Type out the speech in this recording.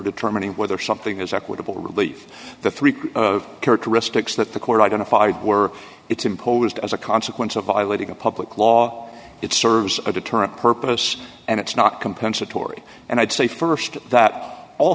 determining whether something is equitable relief the three characteristics that the court identified were it's imposed as a consequence of violating a public law it serves a deterrent purpose and it's not compensatory and i'd say st that all